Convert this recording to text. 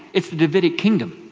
it's the davidic kingdom.